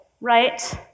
right